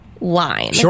line